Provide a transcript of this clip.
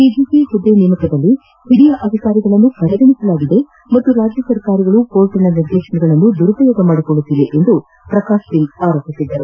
DGP ಹುದ್ಲೆ ನೇಮಕದಲ್ಲಿ ಹಿರಿಯ ಅಧಿಕಾರಿಗಳನ್ನು ಕಡೆಗಣಿಸಲಾಗಿದೆ ಹಾಗೂ ರಾಜ್ಯ ಸರ್ಕಾರಗಳು ನ್ಯಾಯಾಲಯದ ನಿರ್ದೇಶನಗಳನ್ನು ದುರುಪಯೋಗ ಮಾಡಿಕೊಳ್ಳುತ್ತಿವೆ ಎಂದು ಪ್ರಕಾಶ್ ಸಿಂಗ್ ಆರೋಪಿಸಿದ್ದರು